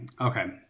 Okay